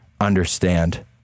understand